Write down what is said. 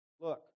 look